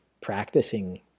practicing